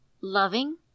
loving